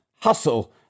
hustle